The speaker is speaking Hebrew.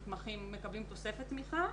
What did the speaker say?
מקבלים תוספת תמיכה.